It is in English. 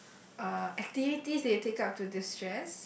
uh activities that you take out to distress